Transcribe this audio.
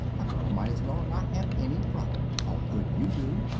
a girl might as well not have any brother, all the good you do.